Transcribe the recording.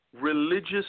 Religious